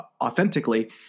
authentically